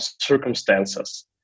circumstances